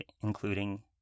including